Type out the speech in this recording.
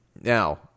Now